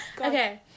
Okay